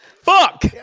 Fuck